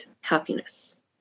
happiness